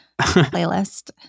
playlist